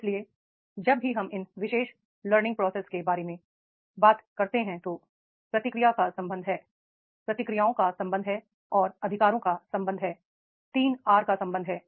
इसलिए जब भी हम इन विशेष लर्निंग प्रोसेस के बारे में बात करते हैं तो प्रतिक्रिया का संबंध है प्रतिक्रियाओं का संबंध है और अधिकारों का संबंध है 3 आर का संबंध है